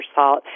salt